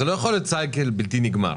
זה לא יכול להיות מעגל בלתי נגמר,